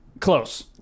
Close